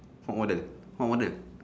what model what model